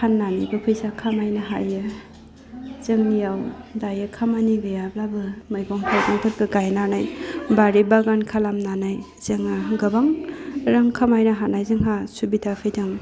फाननानैबो फैसा खामायनो हायो जोंनियाव दायो खामानि गैयाब्लाबो मैगं थाइगंफोरखौ गायनानै बारि बागान खालामनानै जोङो गोबां रां खामायनो हानाय जोंहा सुबिदा फैदों